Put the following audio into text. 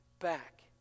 back